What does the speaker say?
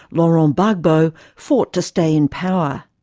laurent gbagbo, fought to stay in power.